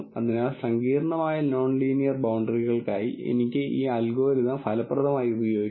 അതിനാൽ എനിക്ക് ഒരു നോൺ ലീനിയർ ഫംഗ്ഷനും മറ്റും ഉപയോഗിക്കാം